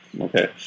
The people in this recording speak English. Okay